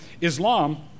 Islam